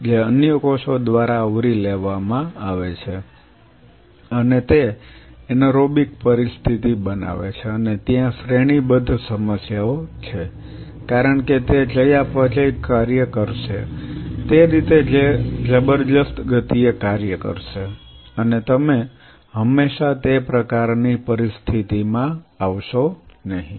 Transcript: જે અન્ય કોષો દ્વારા આવરી લેવામાં આવે છે અને તે એનારોબિક પરિસ્થિતિ બનાવે છે અને ત્યાં શ્રેણીબદ્ધ સમસ્યાઓ છે કારણ કે તે ચયાપચય કાર્ય કરશે તે રીતે તે જબરદસ્ત ગતિએ કાર્ય કરશે અને તમે હંમેશા તે પ્રકારની પરિસ્થિતિમાં આવશો નહીં